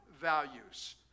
values